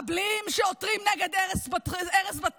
מחבלים שעותרים נגד הרס בתים,